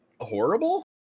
horrible